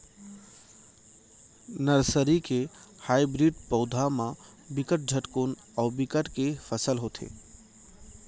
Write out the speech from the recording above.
nursery के hybrid पउधा म बिकट झटकुन अउ बिकट के फसल होथे